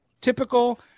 Typical